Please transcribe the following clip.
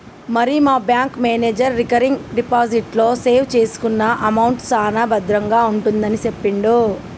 మరి మా bank manager recurring deposit లో సేవ్ చేసుకున్న అమౌంట్ సాన భద్రంగా ఉంటుందని సెప్పిండు